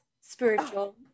spiritual